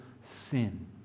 sin